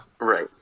Right